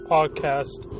Podcast